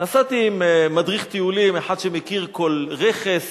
נסעתי עם מדריך טיולים, אחד שמכיר כל רכס